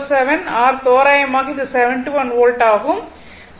7 r தோராயமாக இது 71 volt ஆகும்